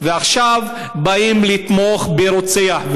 ועכשיו באים לתמוך ברוצח,